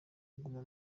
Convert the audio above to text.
kuguma